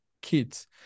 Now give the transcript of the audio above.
kids